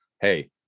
hey